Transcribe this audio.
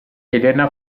elena